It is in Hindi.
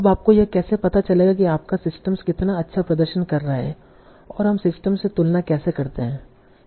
अब आपको यह कैसे पता चलेगा कि आपका सिस्टम कितना अच्छा प्रदर्शन कर रहा है और हम सिस्टम से तुलना कैसे करते हैं